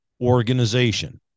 organization